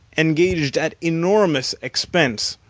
engaged at enormous expense,